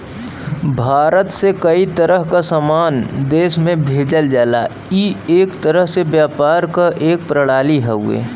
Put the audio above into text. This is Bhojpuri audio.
भारत से कई तरह क सामान देश में भेजल जाला ई एक तरह से व्यापार क एक प्रणाली हउवे